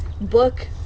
book